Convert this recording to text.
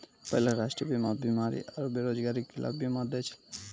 पहिले राष्ट्रीय बीमा बीमारी आरु बेरोजगारी के खिलाफ बीमा दै छलै